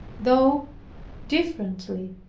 though differently,